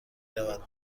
رود